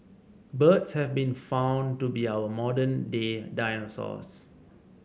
birds have been found to be our modern day dinosaurs